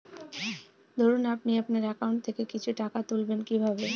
ধরুন আপনি আপনার একাউন্ট থেকে কিছু টাকা তুলবেন কিভাবে?